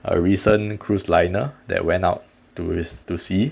a recent cruise liner that went out to to sea